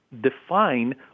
define